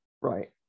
Right